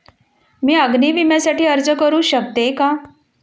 मी अग्नी विम्यासाठी अर्ज करू शकते का?